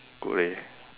good leh